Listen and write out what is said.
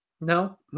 no